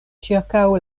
ĉirkaŭ